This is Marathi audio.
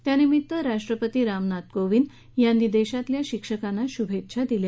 या निमित्त राष्ट्रपती रामनाथ कोविंद यांनी देशातल्या शिक्षकांना शुभेच्छा दिल्या आहेत